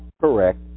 correct